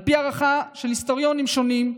על פי ההערכה של היסטוריונים שונים,